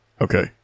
Okay